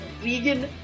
vegan